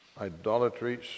idolatry